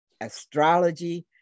astrology